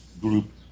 group